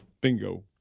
Bingo